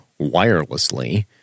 wirelessly